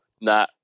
Nah